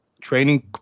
training